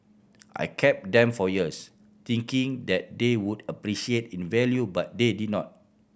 I kept them for years thinking that they would appreciate in value but they did not